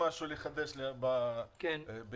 מה לחדש ביחס